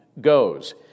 goes